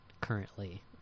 currently